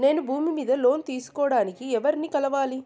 నేను భూమి మీద లోను తీసుకోడానికి ఎవర్ని కలవాలి?